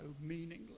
meaningless